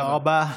תודה רבה.